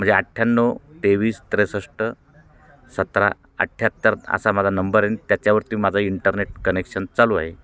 म्हणजे अठ्ठ्याण्णव तेवीस त्रेसष्ट सतरा अठ्ठ्याहत्तर असा माझा नंबर आहे आणि त्याच्यावरती माझा इंटरनेट कनेक्शन चालू आहे